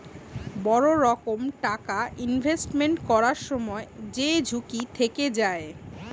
বড় রকম টাকা ইনভেস্টমেন্ট করবার সময় যেই ঝুঁকি থেকে যায়